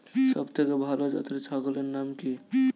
সবথেকে ভালো জাতের ছাগলের নাম কি?